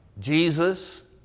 Jesus